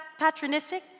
patronistic